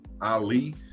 Ali